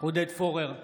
עודד פורר,